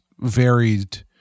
varied